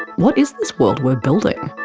what is this world we're building?